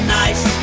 nice